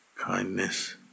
kindness